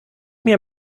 mir